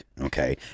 okay